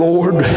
Lord